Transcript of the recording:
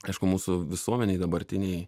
aišku mūsų visuomenėj dabartinėj